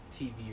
TV